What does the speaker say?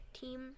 team